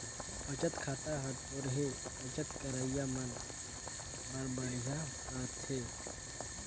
बचत खाता हर थोरहें बचत करइया मन बर बड़िहा रथे